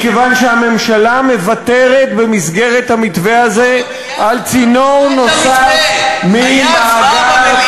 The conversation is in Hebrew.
מכיוון שהממשלה מוותרת במסגרת המתווה הזה על צינור נוסף מן מאגר.